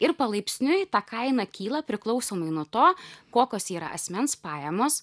ir palaipsniui ta kaina kyla priklausomai nuo to kokios yra asmens pajamos